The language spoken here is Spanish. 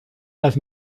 las